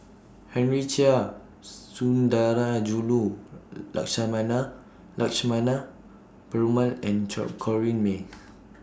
Henry Chia Sundarajulu Lakshmana Perumal and Corrinne May